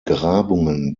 grabungen